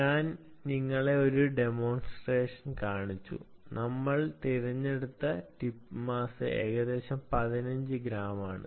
ഞാൻ നിങ്ങളെ ഒരു ഡെമോൺസ്ട്രേഷൻ കാണിച്ചു നമ്മൾ തിരഞ്ഞെടുത്ത ടിപ്പ് മാസ്സ് ഏകദേശം 15 ഗ്രാം ആണ്